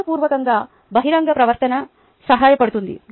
స్నేహపూర్వక బహిరంగ ప్రవర్తన సహాయపడుతుంది